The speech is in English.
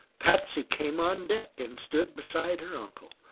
patsy came on deck and stood beside her uncle,